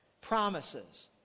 Promises